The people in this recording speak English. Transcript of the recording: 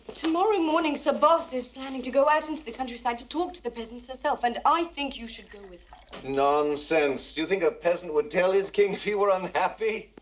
tomorrow morning, sir boss is planning to go out into the countryside to talk to the peasants herself, and i think you should go with her. nonsense. do you think a peasant would tell his king if he were unhappy?